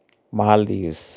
Maldives